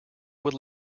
would